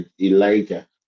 Elijah